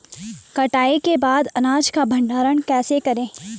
कटाई के बाद अनाज का भंडारण कैसे करें?